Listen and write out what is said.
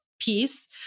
piece